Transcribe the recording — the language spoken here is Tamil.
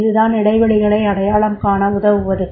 அதுதான் இடைவெளிகளை அடையாளம் காண உதவுவது